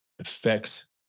affects